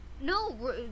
No